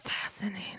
fascinating